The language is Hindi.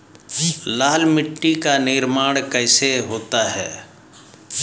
लाल मिट्टी का निर्माण कैसे होता है?